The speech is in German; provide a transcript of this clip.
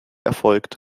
erfolgt